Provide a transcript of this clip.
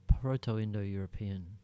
proto-indo-european